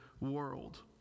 world